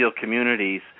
communities